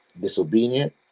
disobedient